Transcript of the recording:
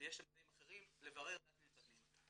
ויש אמצעים אחרים לברר לדעת עם מי מתחתנים.